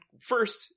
First